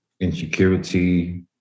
insecurity